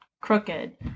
crooked